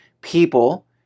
people